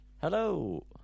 Hello